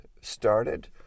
started